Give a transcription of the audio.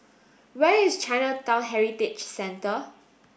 where is Chinatown Heritage Centre